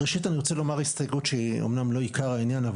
ראשית אני רוצה לומר הסתייגות שהיא אמנם לא עיקר העניין,